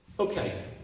Okay